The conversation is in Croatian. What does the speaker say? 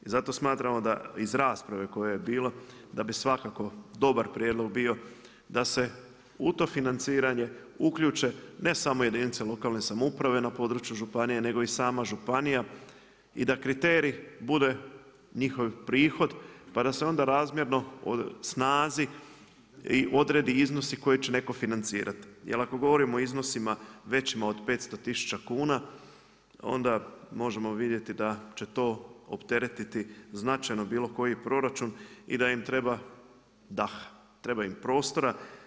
I zato smatramo iz rasprave koja je bila da bi svakako dobar prijedlog bio da se u to financiranje uključe ne samo jedinice lokalne samouprave na području županije nego i sama županija i da kriterij bude njihov prihod pa da se onda razmjerno o snazi i odrede iznosi koje će neko financirati jel ako govorimo o iznosima većima od 500 tisuća kuna onda možemo vidjeti da će to opteretiti značajno bilo koji proračun i da im treba daha, treba im prostora.